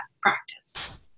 practice